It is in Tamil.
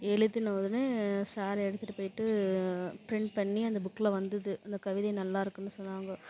எழுதுனவுடனே சார் எடுத்துட்டுப் போய்ட்டு ப்ரிண்ட் பண்ணி அந்த புக்கில் வந்தது அந்த கவிதை நல்லாயிருக்குன்னு சொன்னாங்க